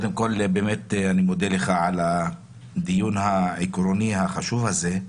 אני מודה ליושב-ראש עבור ייסוד הדיון החשוב הזה.